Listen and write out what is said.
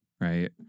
right